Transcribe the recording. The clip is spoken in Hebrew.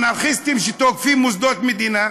אנרכיסטים שתוקפים מוסדות מדינה.